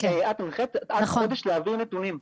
את הנחית עד חודש להביא נתונים.